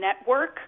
network